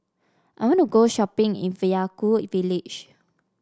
I want to go shopping in Vaiaku village